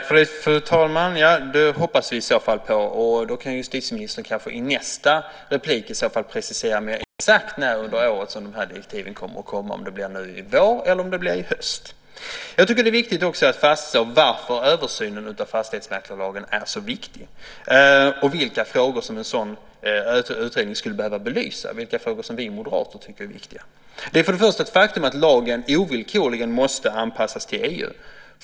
Fru talman! Det hoppas vi på. I nästa inlägg kan kanske justitieministern precisera mer exakt när under året som de här direktiven kommer. Blir det nu i vår eller i höst? Jag tycker att det är viktigt att fastslå varför översynen av fastighetsmäklarlagen är så viktig, vilka frågor som en sådan utredning skulle behöva belysa och vilka frågor som vi moderater tycker är viktiga. Det är för det första ett faktum att lagen ovillkorligen måste anpassas till EU.